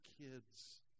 kids